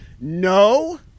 No